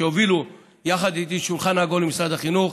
שהובילו יחד איתי שולחן עגול במשרד החינוך.